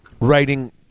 writing